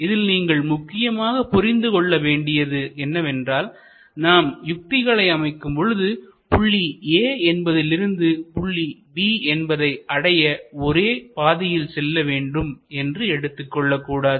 இதில் நீங்கள் முக்கியமாக புரிந்து கொள்ள வேண்டியது என்னவென்றால் நாம் யுக்திகளை அமைக்கும் பொழுது புள்ளி A என்பதிலிருந்து புள்ளி B என்பதை அடைய ஒரே பாதையில் செல்ல வேண்டும் என்று எடுத்துக்கொள்ளக்கூடாது